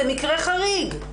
זה מקרה חריג.